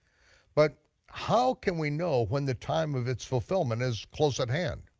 but how can we know when the time of its fulfillment is close at hand?